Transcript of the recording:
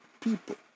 people